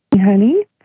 honey